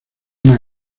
una